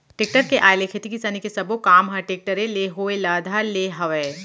tractor के आए ले खेती किसानी के सबो काम ह टेक्टरे ले होय ल धर ले हवय